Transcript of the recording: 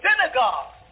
synagogue